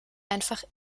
einfach